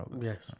Yes